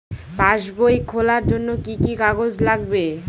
পাসবই খোলার জন্য কি কি কাগজ লাগবে?